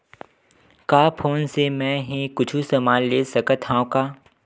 का फोन से मै हे कुछु समान ले सकत हाव का?